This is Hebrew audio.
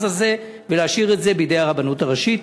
הזה ותשאיר את זה בידי הרבנות הראשית?